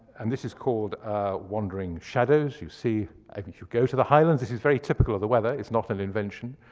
and this is called wandering shadows. you see, if i mean you go to the highlands, this is very typical of the weather. it's not an invention.